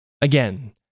Again